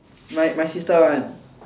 my my sister one